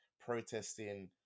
protesting